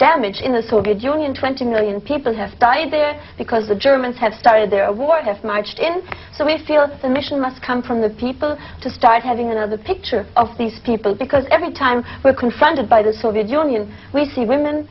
damage in the soviet union twenty million people have died there because the germans have started their war has marched in so we feel the mission must come from the people to start having another picture of these people because every time we are confronted by the soviet union we see women